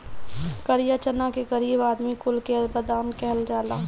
करिया चना के गरीब आदमी कुल के बादाम कहल जाला